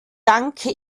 danke